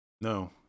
No